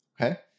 Okay